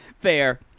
Fair